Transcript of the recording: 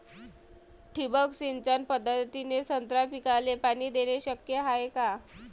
ठिबक सिंचन पद्धतीने संत्रा पिकाले पाणी देणे शक्य हाये का?